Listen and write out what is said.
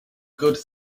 good